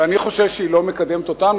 ואני חושב שהיא לא מקדמת אותנו.